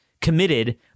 committed